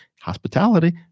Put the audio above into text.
hospitality